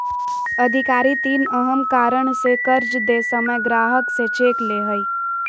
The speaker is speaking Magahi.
अधिकारी तीन अहम कारण से कर्ज दे समय ग्राहक से चेक ले हइ